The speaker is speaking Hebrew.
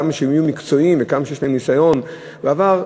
כמה שהם יהיו מקצועיים וכמה שיש להם ניסיון מן העבר,